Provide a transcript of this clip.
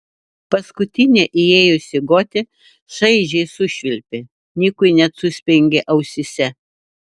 paskutinė įėjusi gotė šaižiai sušvilpė nikui net suspengė ausyse